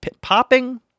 popping